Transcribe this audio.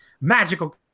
magical